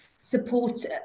support